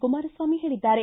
ಕುಮಾರಸ್ವಾಮಿ ಹೇಳಿದ್ದಾರೆ